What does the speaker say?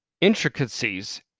intricacies